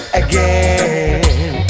again